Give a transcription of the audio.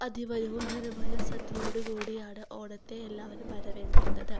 അതിമനോഹരമായ സദ്യയോടു കൂടിയാണ് ഓണത്തെ എല്ലാവരും വരവേൽക്കുന്നത്